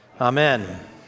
Amen